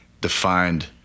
defined